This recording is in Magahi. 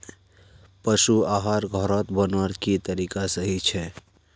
पशु आहार घोरोत बनवार की तरीका सही छे?